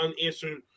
unanswered